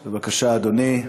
בבקשה, אדוני.